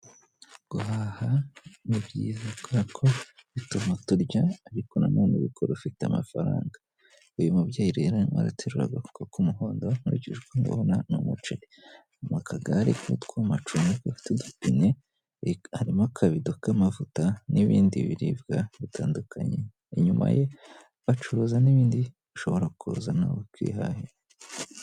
Guhaha ni byiza kubera ko bituma turya ariko nanone ubikora ufite amafaranga, uyu mubyeyi rero araterura agakoka k'umuhondo nkurikijwebona n'umuceri mu kagare utwomacumbi kafite dupine harimo akabido k'amavuta n'ibindi biribwa bitandukanye inyuma ye bacuruza n'ibindi bishobora kuzazana bakihahira.